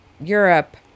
Europe